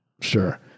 Sure